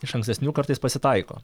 iš ankstesnių kartais pasitaiko